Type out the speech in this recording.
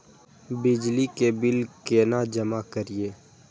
बिजली के बिल केना जमा करिए?